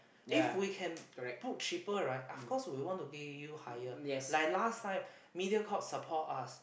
if we can book cheaper right of course we want to give you higher like last time Mediacorp support us